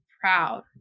proud